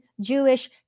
Jewish